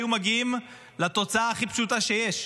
היו מגיעים לתוצאה הכי פשוטה שיש.